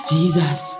Jesus